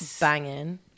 banging